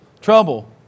Trouble